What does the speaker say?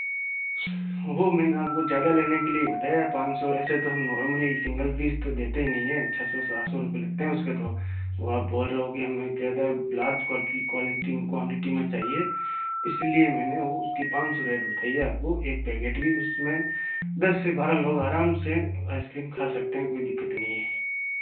वह मैंने आपको ज़्यादा लेने के लिए बताया पान सौ ऐसे तो हम नॉर्मली सिंगल पीस तो देते ही नहीं हैं छः सौ सात सौ रुपये लगते हैं तो वह आप बोल रहे हो कि हमें ज़्यादा लार्ज क्वाट्ली क्वालिटी क्वांटिटी में चाहिए इसीलिए मैंने उसकी पाँच सौ रेट बताई है आपको एक पैकेट भी उसमें दस से बारह लोग आराम से आइस क्रीम खा सकते हैं कोई दिक्कत नहीं है